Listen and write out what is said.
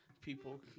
people